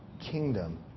kingdom